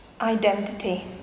Identity